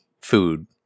food